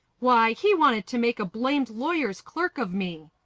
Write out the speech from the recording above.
why, he wanted to make a blamed lawyer's clerk of me.